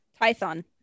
Python